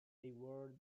award